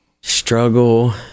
struggle